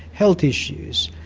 health issues.